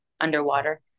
underwater